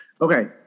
Okay